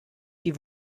die